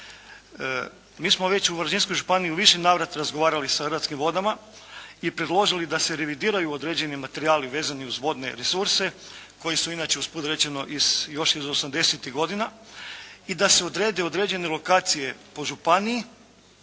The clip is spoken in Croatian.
Mi smo već u Varaždinskoj županiji u više navrata razgovarali sa Hrvatskim vodama i predložili da se revidiraju određeni materijali vezani uz vodne resurse koji su inače, usput rečeno, iz, još iz osamdesetih godina i da se odrede određene lokacije po županiji